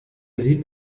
sieht